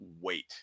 wait